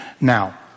Now